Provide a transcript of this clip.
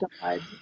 God